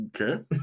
Okay